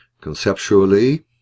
conceptually